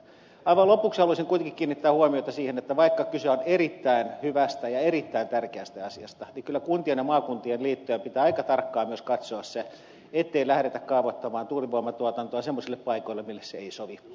aivan lopuksi haluaisin kuitenkin kiinnittää huomiota siihen että vaikka kyse on erittäin hyvästä ja erittäin tärkeästä asiasta niin kyllä kuntien ja maakuntien liittojen pitää aika tarkkaan myös katsoa se ettei lähdetä kaavoittamaan tuulivoimatuotantoa semmoisille paikoille mille se ei sovi